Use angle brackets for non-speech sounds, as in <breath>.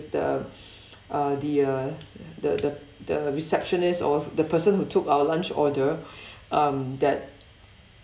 the <breath> uh the uh the the the receptionist or the person who took our lunch order <breath> um that